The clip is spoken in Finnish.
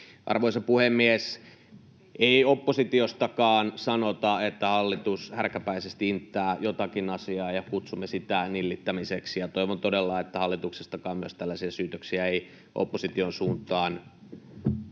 Arvoisa puhemies! Ei oppositiostakaan sanota, että hallitus härkäpäisesti inttää jotakin asiaa, ja kutsuta sitä nillittämiseksi. Toivon todella, että hallituksestakaan ei tällaisia syytöksiä opposition suuntaan